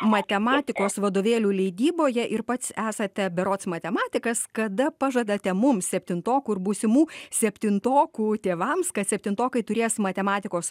matematikos vadovėlių leidyboje ir pats esate berods matematikas kada pažadate mums septintokų ir būsimų septintokų tėvams kad septintokai turės matematikos